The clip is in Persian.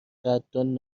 قدردان